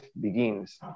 begins